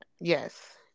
Yes